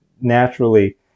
naturally